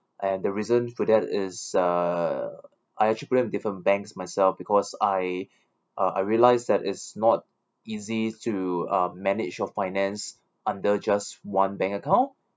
and the reason for that is uh I actually plan with different banks myself because I uh I realise that it's not easy to uh manage your finance under just one bank account